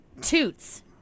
toots